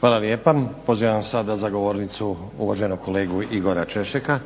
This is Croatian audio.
Hvala lijepa. Pozivam sada za govornicu uvaženog kolegu Igora Češeka